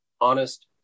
honest